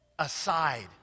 aside